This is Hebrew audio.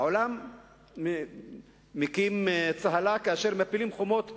העולם מקים קול צהלה כאשר מפילים את חומות ברלין,